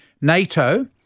NATO